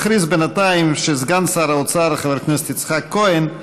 נכריז בינתיים שסגן שר האוצר חבר הכנסת יצחק כהן,